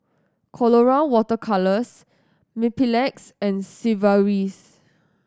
Colora Water Colours Mepilex and Sigvaris